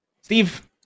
Steve